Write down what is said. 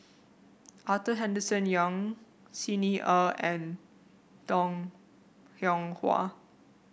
Arthur Henderson Young Xi Ni Er and Bong Hiong Hwa